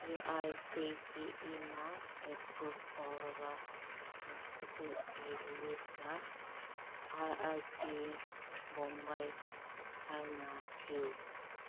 A I C T ꯏꯤꯅ approve ꯇꯧꯔꯕ ꯏꯟꯁꯇꯤꯇ꯭ꯌꯨꯠꯀꯤ list I I T Mumbai ꯍꯥꯏꯅ ꯊꯤꯌꯨ